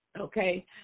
okay